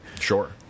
sure